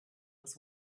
was